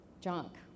junk